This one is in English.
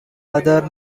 other